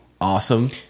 awesome